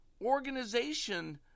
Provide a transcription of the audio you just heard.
organization